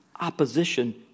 opposition